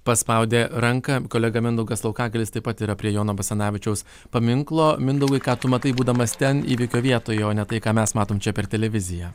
paspaudė ranką kolega mindaugas laukagalis taip pat yra prie jono basanavičiaus paminklo mindaugai ką tu matai būdamas ten įvykio vietoje o ne tai ką mes matom čia per televiziją